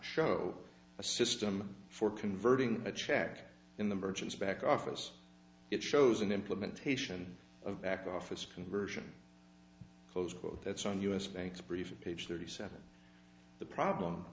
show a system for converting a check in the merchant's back office it shows an implementation of back office conversion close quote that's on us banks briefing page thirty seven the problem